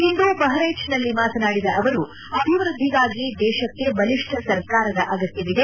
ಇಂದು ಬಕ್ರೇಚ್ನಲ್ಲಿ ಮಾತನಾಡಿದ ಅವರು ಅಭಿವೃದ್ಧಿಗಾಗಿ ದೇಶಕ್ಕೆ ಬಲಿಷ್ಠ ಸರ್ಕಾರ ಅಗತ್ವವಿದೆ